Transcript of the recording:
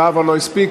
זהבה לא הספיקה,